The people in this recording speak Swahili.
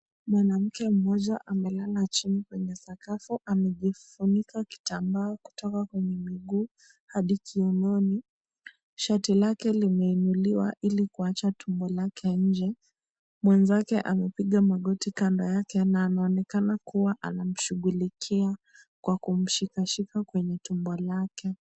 Mwanamke mmoja amelala chini kwenye sakafu, amejifunika kitambaa kutoka kwenye miguu hadi kiunoni. Shati lake limeinuliwa ili kuacha tumbo lake nje, mwenzake amepiga magoti kando yake, anaonekana kuwa anamshughulikia kwa kumshikashika kwenye tumbo lake.